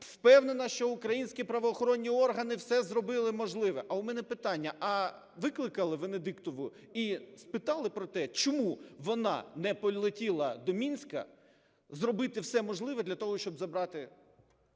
впевнена, що українські правоохоронні органи все зробили можливе. А у мене питання: а викликали Венедіктову і спитали про те, чому вона не полетіла до Мінська зробити все можливе для того, щоб забрати